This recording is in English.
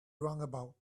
roundabout